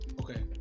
okay